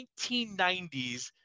1990s